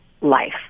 life